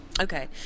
Okay